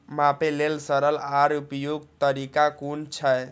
मापे लेल सरल आर उपयुक्त तरीका कुन छै?